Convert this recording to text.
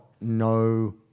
no